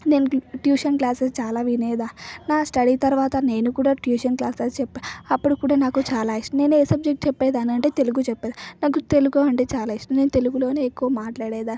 నేను tuition classes చాలా వినేదానిని నా స్టడీ తర్వాత నేను కూడా ట్యూషన్ క్లాసెస్ చెప్పాను అప్పుడు కూడా నాకు చాలా ఇష్టం నేను ఏ సబ్జెక్ట్ చెప్పేదాన్ని అంటే తెలుగు చెప్పేదాన్ని నాకు తెలుగు అంటే చాలా ఇష్టం నేను తెలుగులోనే ఎక్కువగా మాట్లాడేదానిని